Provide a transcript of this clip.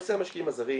נושא המשקיעים הזרים